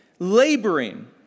laboring